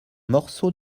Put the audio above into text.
morceau